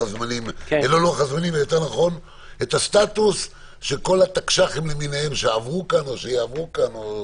את הסטטוס של כל התקש"חים למיניהם שעברו כאן או שיעברו כאן.